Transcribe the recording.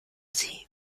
sie